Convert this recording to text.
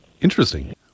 Interesting